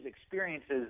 experiences